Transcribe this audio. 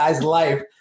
life